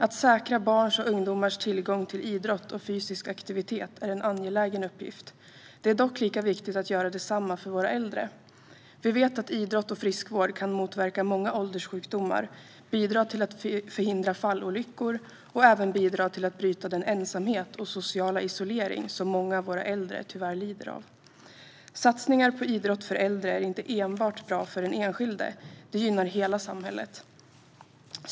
Att säkra barns och ungdomars tillgång till idrott och fysisk aktivitet är en angelägen uppgift. Det är dock lika viktigt att göra detsamma för våra äldre. Vi vet att idrott och friskvård kan motverka många ålderssjukdomar, bidra till att förhindra fallolyckor och även bidra till att bryta den ensamhet och sociala isolering som många av våra äldre tyvärr lider av. Satsningar på idrott för äldre är inte enbart bra för den enskilde, utan det gynnar hela samhället.